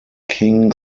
king